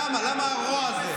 למה הרוע הזה?